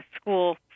school